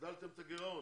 הגדלתם את הגירעון.